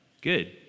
Good